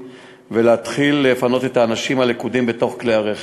ולהתחיל לפנות את האנשים הלכודים בתוך כלי-הרכב,